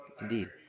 Indeed